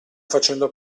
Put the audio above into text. facendo